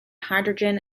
hydrogen